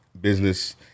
business